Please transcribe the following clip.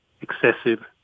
excessive